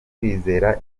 kwizera